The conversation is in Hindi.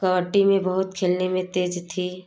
कबड्डी में बहुत खेलने में तेज़ थी